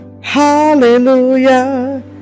hallelujah